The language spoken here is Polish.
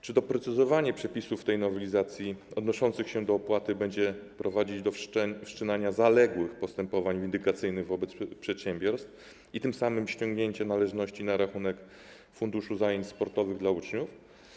Czy doprecyzowanie przepisów tej nowelizacji odnoszących się do opłaty będzie prowadzić do wszczynania zaległych postępowań windykacyjnych wobec przedsiębiorstw i tym samym ściągnięcia należności na rachunek Funduszu Zajęć Sportowych dla Uczniów?